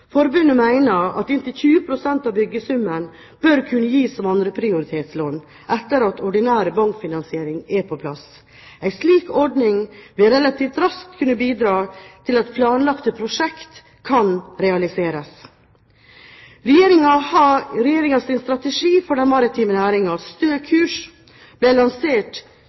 Forbundet mener at inntil 20 pst. av byggesummen bør kunne gis som 2. prioritetslån, etter at ordinær bankfinansiering er på plass. En slik ordning vil relativt raskt kunne bidra til at planlagte prosjekt kan realiseres. Regjeringens strategi for den maritime næringen, «Stø kurs», ble lansert